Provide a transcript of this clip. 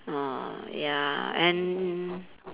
ah ya and